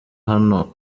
hano